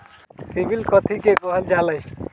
CIBIL कथि के काहल जा लई?